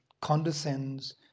condescends